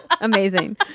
Amazing